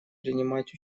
принимать